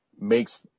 makes